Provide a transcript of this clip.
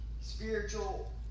spiritual